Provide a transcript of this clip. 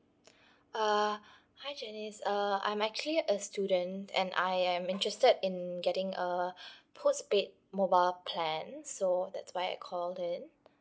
uh hi janice uh I'm actually a student and I am interested in getting a postpaid mobile plan so that's why I called in